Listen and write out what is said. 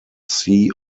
see